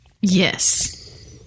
Yes